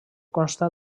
consta